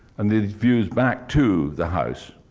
and these views back to the house,